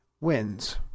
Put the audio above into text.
wins